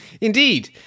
Indeed